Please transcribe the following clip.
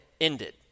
ended